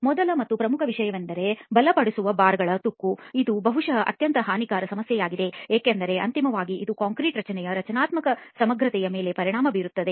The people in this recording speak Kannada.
ಮೊದಲ ಮತ್ತು ಪ್ರಮುಖ ವಿಷಯವೆಂದರೆ ಬಲಪಡಿಸುವ ಬಾರ್ಗಳ ತುಕ್ಕುಇದು ಬಹುಶಃ ಅತ್ಯಂತ ಹಾನಿಕಾರಕ ಸಮಸ್ಯೆಯಾಗಿದೆ ಏಕೆಂದರೆ ಅಂತಿಮವಾಗಿ ಇದು ಕಾಂಕ್ರೀಟ್ ರಚನೆಯ ರಚನಾತ್ಮಕ ಸಮಗ್ರತೆಯ ಮೇಲೆ ಪರಿಣಾಮ ಬೀರುತ್ತದೆ